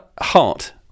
heart